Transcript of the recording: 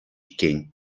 иккен